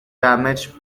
damaged